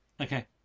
Okay